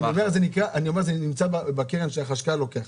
אני אומר: זה נמצא בקרן שהחשכ"ל לוקח.